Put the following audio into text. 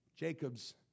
Jacob's